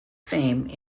fame